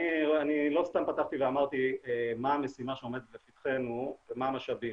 אני לא סתם פתחתי ואמרתי מה המשימה שעומדת לפתחנו ומה המשאבים,